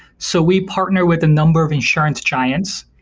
so we partner with a number of insurance giants,